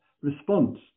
response